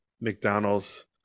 McDonald's